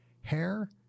Hair